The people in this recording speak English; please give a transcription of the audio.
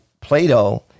Plato